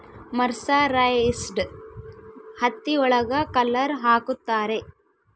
mercerised ಹತ್ತಿ ಒಳಗ colour ಹಾಕುತ್ತಾರೆ